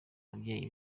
ababyeyi